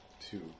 two